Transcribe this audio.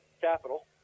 Capital